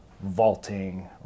vaulting